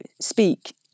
speak